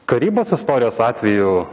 karybos istorijos atveju